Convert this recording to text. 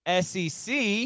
SEC